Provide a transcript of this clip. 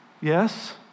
yes